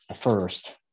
first